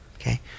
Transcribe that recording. okay